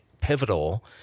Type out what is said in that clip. pivotal